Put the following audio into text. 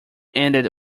ended